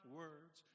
words